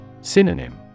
Synonym